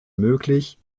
möglich